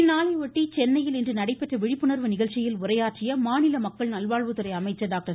இந்நாளையொட்டி சென்னையில் இன்று நடைபெற்ற விழிப்புணர்வு நிகழ்ச்சியில் உரையாற்றிய மாநில மக்கள் நல்வாழ்வுத்துறை அமைச்சர் டாக்டர்